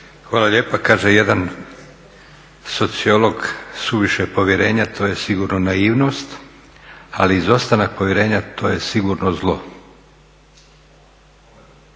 Hvala lijepa. Kaže jedan sociolog: suviše povjerenja to je sigurno naivnost, ali izostanak povjerenja to je sigurno zlo.